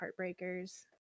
Heartbreakers